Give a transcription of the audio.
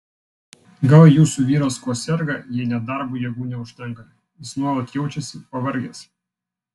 gal jūsų vyras kuo serga jei net darbui jėgų neužtenka jis nuolat jaučiasi pavargęs